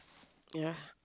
ya